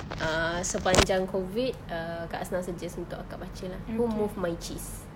ah sepanjang COVID err kak asnah suggest untuk akak baca lah who moved my cheese